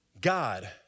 God